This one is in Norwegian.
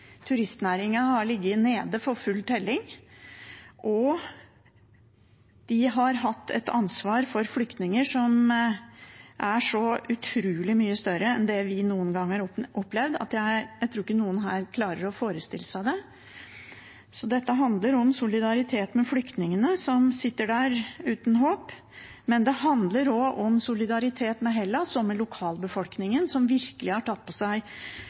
har ligget nede for telling, og de har hatt et utrolig mye større ansvar for flyktninger enn det vi noen gang har opplevd. Jeg tror ikke noen her klarer å forestille seg det. Dette handler om solidaritet med flyktningene som sitter der uten håp, men det handler også om solidaritet med Hellas og med lokalbefolkningen, som virkelig har tatt på seg